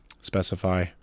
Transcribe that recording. specify